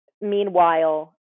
Meanwhile